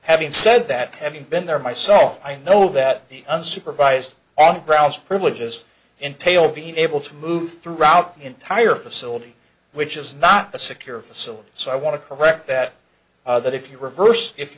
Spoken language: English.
having said that having been there myself i know that the unsupervised on brown's privileges entailed being able to move throughout the entire facility which is not a secure facility so i want to correct that that if you reverse if